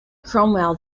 cromwell